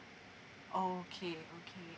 okay okay